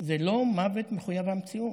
זה לא מוות מחויב המציאות.